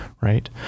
right